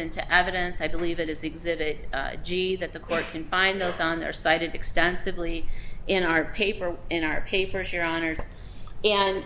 into evidence i believe it is exhibit g that the court can find those on their site it extensively in our paper in our paper sure honored and